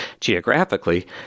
Geographically